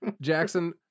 Jackson